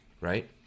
right